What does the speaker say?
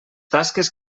tasques